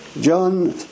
John